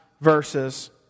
Verses